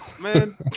Man